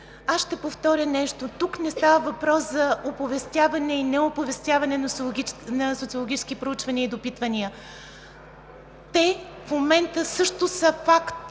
аз ще потвърдя нещо: тук не става въпрос за оповестяване и неоповестяване на социологически проучвания и допитвания. Те в момента също са факт